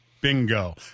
Bingo